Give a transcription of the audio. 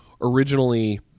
originally